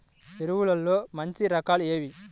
ఎరువుల్లో మంచి రకాలు ఏవి?